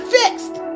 fixed